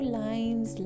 lines